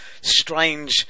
strange